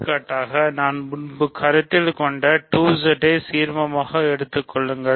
எடுத்துக்காட்டாக நான் முன்பு கருத்தில் கொண்ட 2Z ஐ சீர்மமாக எடுத்துக்கொள்ளுங்கள்